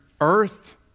earth